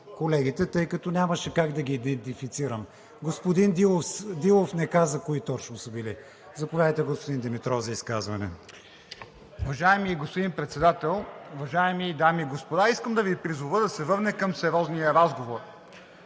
колегите, тъй като нямаше как да ги идентифицирам. Господин Дилов не каза кои точно са били. Заповядайте, господин Димитров, за изказване. МАРТИН ДИМИТРОВ (ДБ): Уважаеми господин Председател, уважаеми дами и господа! Искам да Ви призова да се върнем към сериозния разговор,